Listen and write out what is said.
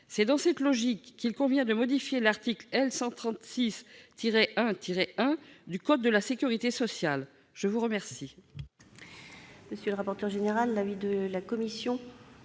C'est dans cette logique qu'il convient de modifier l'article L. 136-1-1 du code de la sécurité sociale. Quel